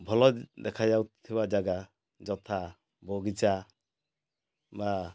ଭଲ ଦେଖାଯାଉଥିବା ଜାଗା ଯଥା ବଗିଚା ବା